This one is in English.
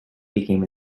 became